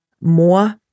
more